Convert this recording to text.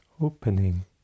opening